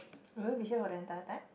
will you be here for the entire time